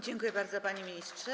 Dziękuję bardzo, panie ministrze.